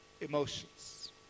emotions